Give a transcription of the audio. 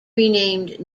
renamed